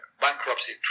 bankruptcy